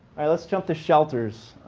right, let's jump to shelters.